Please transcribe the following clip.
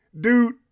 Dude